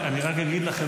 אני רק אגיד לכם,